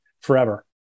forever